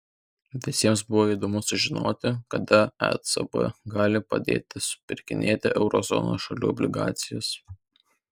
visiems buvo įdomu sužinoti kada ecb gali pradėti supirkinėti euro zonos šalių obligacijas